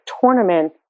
tournament